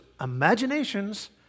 imaginations